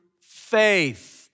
faith